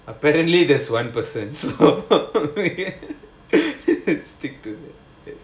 apparently that's one person so stick to that